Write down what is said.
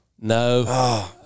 No